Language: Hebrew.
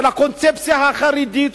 של הקונספציה החרדית,